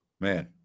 Man